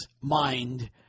mind